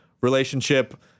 relationship